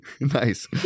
Nice